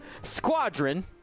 Squadron